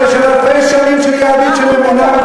של אלפי שנים של יהדות שאמונה על